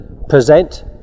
present